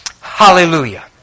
Hallelujah